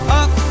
up